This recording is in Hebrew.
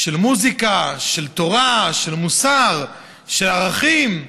של מוזיקה, של תורה, של מוסר, של ערכים.